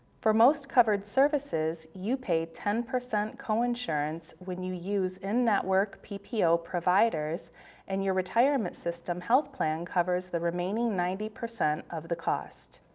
for most covered services, you pay ten percent coinsurance when you use in-network ppo providers and your retirement system health plan covers the remaining ninety percent of the cost.